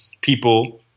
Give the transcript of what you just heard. people –